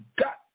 got